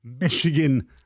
Michigan